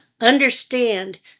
understand